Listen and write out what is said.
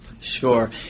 Sure